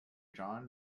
john